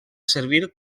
servir